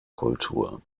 kultur